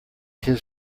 his